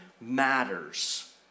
matters